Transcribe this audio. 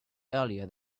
earlier